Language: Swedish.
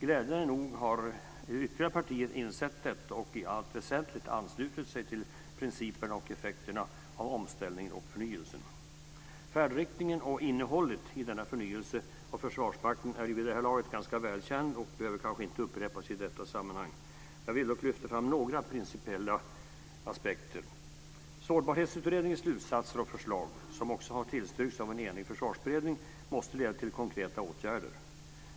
Glädjande nog har några ytterligare partiet insett detta och i allt väsentligt anslutit sig till principerna och effekterna av omställningen och förnyelsen. Försvarsmakten är vid det här laget ganska välkänd och behöver kanske inte upprepas i detta sammanhang. Jag vill dock lyfta fram några principiella aspekter. Sårbarhetsutredningens slutsatser och förslag, som också har tillstyrkts av en enig försvarsberedning, måste leda till konkreta åtgärder.